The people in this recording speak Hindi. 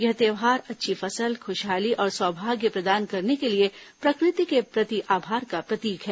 यह त्योहार अच्छी फसल खुशहाली और सौभाग्य प्रदान करने के लिए प्रकृति के प्रति आभार का प्रतीक है